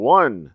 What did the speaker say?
one